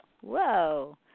Whoa